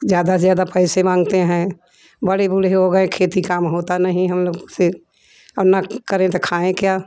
ज़्यादा से ज़्यादा पैसे मांगते है बड़े बूढ़े हो गये खेती कम होता नहीं हम लोग से है और न करे तो खाए क्या